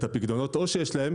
פיקדונות העו"ש שיש להם,